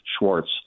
schwartz